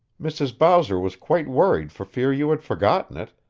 mrs. bowser was quite worried for fear you had forgotten it,